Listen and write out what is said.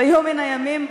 ביום מן הימים,